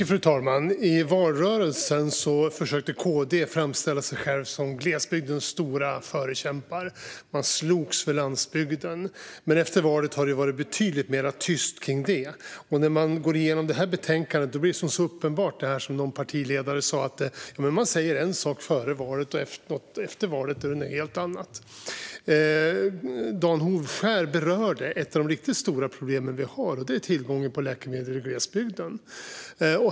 Fru talman! I valrörelsen försökte KD framställa sig som glesbygdens stora förkämpar. Man slogs för landsbygden. Men efter valet har det varit betydligt tystare om det. I det här betänkandet blir det som någon partiledare sa uppenbart - man säger en sak före valet, och efter valet är det något helt annat. Dan Hovskär berörde ett av de riktigt stora problemen: tillgången till läkemedel i glesbygden.